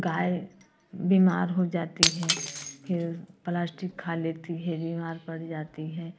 गाय बीमार हो जाती है फिर प्लास्टिक खा लेती है बीमार पड़ जाती है